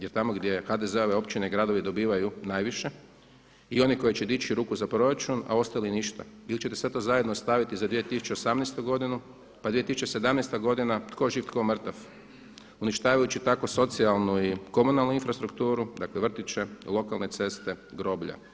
Jer tamo gdje HDZ-ove općine i gradovi dobivaju najviše i oni koji će dići ruku za proračun a ostali ništa, ili ćete sve to zajedno staviti za 2018. godinu pa 2017. godina tko živ tko mrtav uništavajući tako socijalnu i komunalnu infrastrukturu dakle vrtiće, lokalne ceste, groblja.